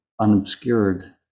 unobscured